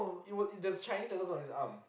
it was there are Chinese letters on his arms